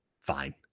fine